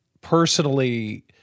personally